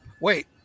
Wait